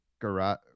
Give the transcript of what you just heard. garage